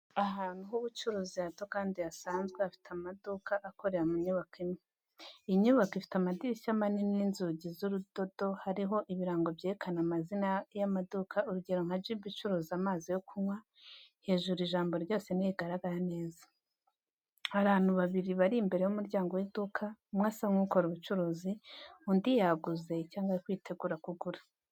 Ahantu h’ubucuruzi hato kandi hasanzwe hafite amaduka akorera mu nyubako imwe. Iyi nyubako ifite amadirishya manini n'inzugi z'urudodo hariho ibirango byerekana amazina y’amaduka urugero nka jibu icuruza amazi yo kunywa hejuru ijambo ryose ntirigaragara neza. Hari abantu babiri bari imbere y’umuryango w’iduka, umwe asa nk’ukora ubucuruzi undi yaguze cyangwa aritegura kugura.